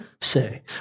say